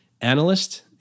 analyst